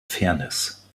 fairness